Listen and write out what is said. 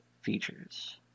features